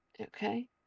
okay